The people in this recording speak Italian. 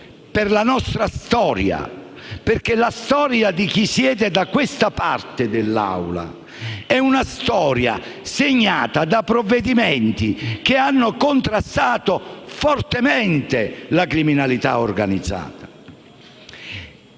per la nostra storia. Infatti la storia di chi siede da questa parte dell'Aula è segnata da provvedimenti che hanno contrastato fortemente la criminalità organizzata.